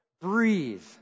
breathe